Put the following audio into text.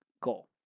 goal